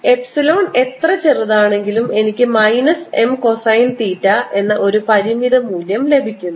epsilon എത്ര ചെറുതാണെങ്കിലും എനിക്ക് മൈനസ് M കൊസൈൻ തീറ്റ എന്ന ഒരു പരിമിത മൂല്യം ലഭിക്കുന്നു